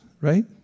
right